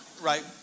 right